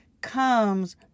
comes